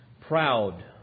proud